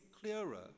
clearer